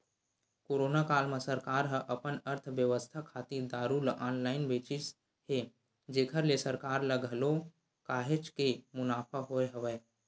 corona काल म सरकार ह अपन अर्थबेवस्था खातिर दारू ल ऑनलाइन बेचिस हे जेखर ले सरकार ल घलो काहेच के मुनाफा होय हवय